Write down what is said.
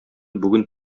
бүген